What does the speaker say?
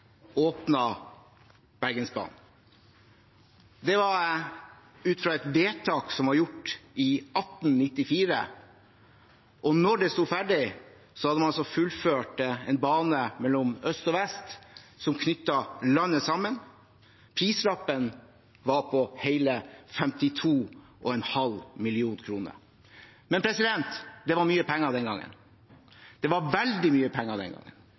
Bergensbanen. Det var ut fra et vedtak som ble gjort i 1894. Da den sto ferdig, hadde man fullført en bane mellom øst og vest som knyttet landet sammen. Prislappen var på hele 52,5 mill. kr. Det var mye penger den gangen, det var veldig mye penger den gangen.